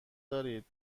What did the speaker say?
دارید